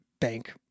bank